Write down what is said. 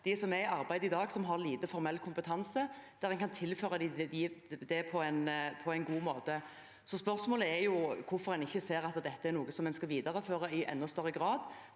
dem som er i arbeid i dag, som har lite formell kompetanse, og som kan tilføres dette på en god måte. Spørsmålet er hvorfor en ikke ser at dette er noe en skal videreføre i enda større grad,